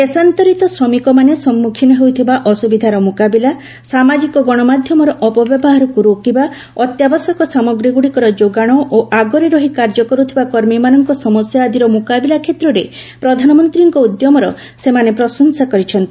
ଦେଶାନ୍ତରିତ ଶ୍ରମିକମାନେ ସମ୍ମୁଖୀନ ହେଉଥିବା ଅସୁବିଧାର ମୁକାବିଲା ସାମାଜିକ ଗଣମାଧ୍ୟମର ଅପବ୍ୟବହାରକୁ ରୋକିବା ଅତ୍ୟାବଶ୍ୟକ ସାମଗ୍ରୀଗୁଡ଼ିକର ଯୋଗାଣ ଓ ଆଗରେ ରହି କାର୍ଯ୍ୟ କରୁଥିବା କର୍ମୀମାନଙ୍କ ସମସ୍ୟା ଆଦିର ମୁକାବିଲା କ୍ଷେତ୍ରରେ ପ୍ରଧାନମନ୍ତ୍ରୀଙ୍କ ଉଦ୍ୟମର ସେମାନେ ପ୍ରଶଂସା କରିଛନ୍ତି